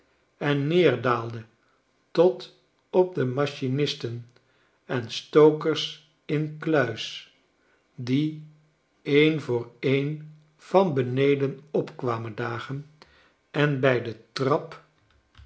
en neerdaalde tot op de machinisten en stokers incluis die een voor een van beneden op kwamen dagen en bij de trap